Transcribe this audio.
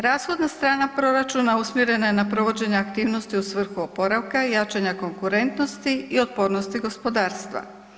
Rashodna strana proračuna usmjerena je na provođenje aktivnosti u svrhu oporavka, jačanja konkurentnosti i otpornosti gospodarstva.